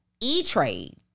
E-Trade